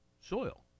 soil